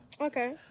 Okay